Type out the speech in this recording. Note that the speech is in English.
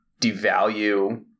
devalue